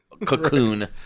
cocoon